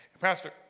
Pastor